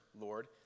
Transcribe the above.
Lord